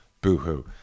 boo-hoo